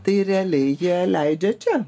tai realiai jie leidžia čia